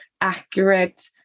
accurate